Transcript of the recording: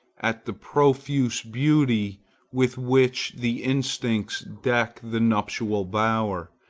at the profuse beauty with which the instincts deck the nuptial bower,